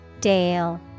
Dale